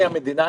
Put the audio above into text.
אני המדינה,